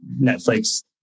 Netflix